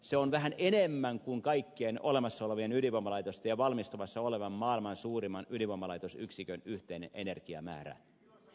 se on vähän enemmän kuin kaikkien olemassa olevien ydinvoimalaitosten ja valmistumassa olevan maailman suurimman ydinvoimalaitosyksikön yhteinen energiamäärä